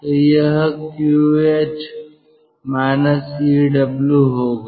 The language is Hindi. तो यह QH EW होगा